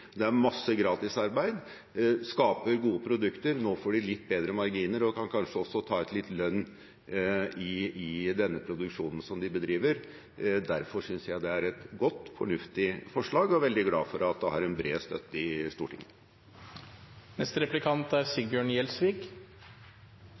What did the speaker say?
Det er mye gratisarbeid, og de skaper gode produkter. Nå får de litt bedre marginer og kan kanskje også ta ut litt lønn fra den produksjonen de bedriver. Derfor synes jeg det er et godt og fornuftig forslag, og er veldig glad for at det har bred støtte i Stortinget. Det er